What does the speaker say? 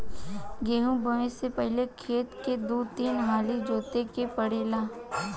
गेंहू बोऐ से पहिले खेत के दू तीन हाली जोते के पड़ेला